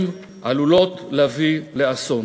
שעלולות להביא לאסון.